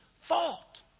fault